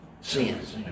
sins